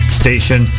station